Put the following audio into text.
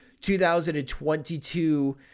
2022